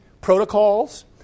protocols